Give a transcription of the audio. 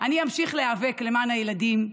אז כן, אני אמשיך להיאבק למען הילדים,